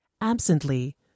Absently